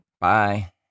Bye